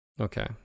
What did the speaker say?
Okay